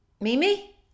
Mimi